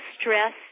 stress